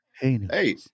Hey